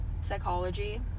psychology